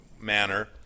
manner